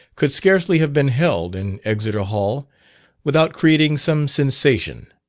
could scarcely have been held in exeter hall without creating some sensation.